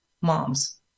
moms